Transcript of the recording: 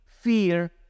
fear